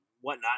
whatnot